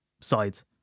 sides